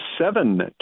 seven